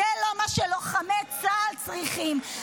זה לא מה שלוחמי צה"ל צריכים,